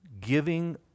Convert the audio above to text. giving